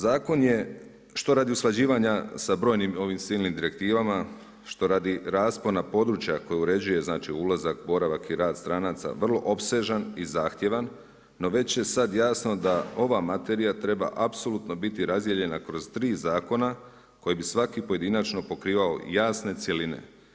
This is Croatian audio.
Zakon je što radi usklađivanja sa brojnim ovim silnim direktivama, što radi raspona područja koji uređuje znači ulazak, boravak i rad stranaca vrlo opsežan i zahtjevan, no već je sad jasno da ova materija treba apsolutno biti razdijeljena kroz 3 zakona koji bi svaki pojedinačno pokrivao jasne cjeline.